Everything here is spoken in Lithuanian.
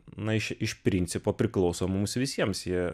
na iš iš principo priklauso mums visiems jie